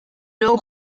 luego